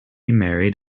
married